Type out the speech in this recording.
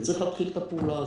וצריך להתחיל את הפעולה הזאת.